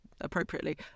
appropriately